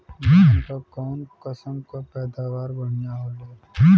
धान क कऊन कसमक पैदावार बढ़िया होले?